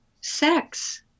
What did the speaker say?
sex